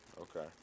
Okay